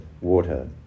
water